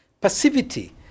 Passivity